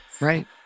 right